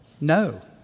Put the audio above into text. No